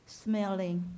smelling